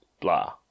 Blah